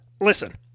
Listen